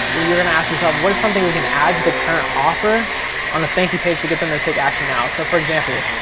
um or you're gonna ask yourself, what is something we can add to the current offer on the thank you page to get them to take action now? so for example,